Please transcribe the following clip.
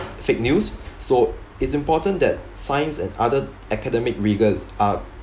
fake news so it's important that science and other academic rigours are